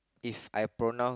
If I pronoun~